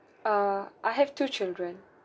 err I have two children